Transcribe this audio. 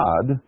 God